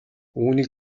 үүнийг